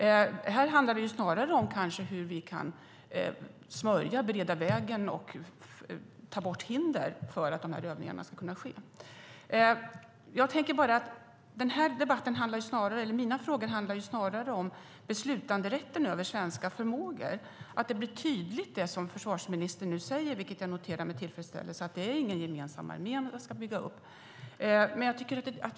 Här handlar det snarare om hur vi kan smörja, bereda vägen och ta bort hinder för att dessa övningar ska kunna ske. Mina frågor handlar mer om beslutanderätten över svenska förmågor och att det som försvarsministern tillfredsställande nog säger om att det inte ska byggas upp någon gemensam armé blir tydligt.